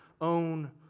own